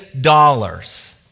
dollars